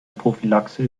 prophylaxe